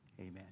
Amen